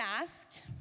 asked